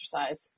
exercise